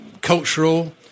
cultural